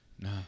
No